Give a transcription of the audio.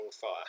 fire